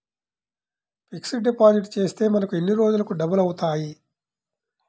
Fixed deposit చేస్తే మనకు ఎన్ని రోజులకు డబల్ అవుతాయి?